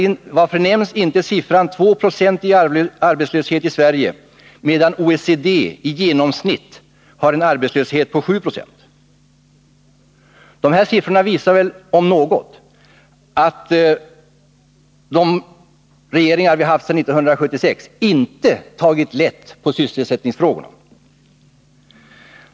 Varför nämns inte siffran 2 96 i arbetslöshet i Sverige, medan OECD i genomsnitt har en arbetslöshet på 7 90? De här siffrorna visar väl om något att de regeringar vi haft sedan 1976 inte tagit lätt på sysselsättningsfrågorna.